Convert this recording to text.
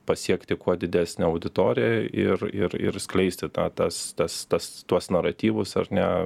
pasiekti kuo didesnę auditoriją ir ir ir skleisti tą tas tas tas tuos naratyvus ar ne